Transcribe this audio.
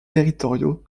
territoriaux